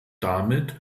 damit